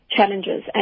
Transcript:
Challenges